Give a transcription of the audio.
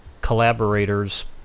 collaborators